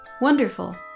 Wonderful